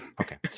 okay